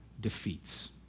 defeats